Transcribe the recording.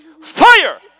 Fire